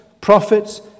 prophets